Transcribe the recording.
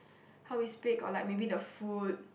how we speak or like maybe the food